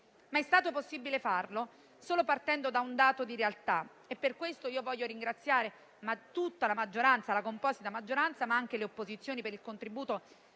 è stato possibile fare ciò solo partendo da un dato di realtà e per questo voglio ringraziare tutta la composita maggioranza, ma anche le opposizioni per il contributo